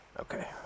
Okay